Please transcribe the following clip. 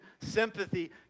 sympathy